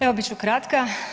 Evo bit ću kratka.